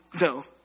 no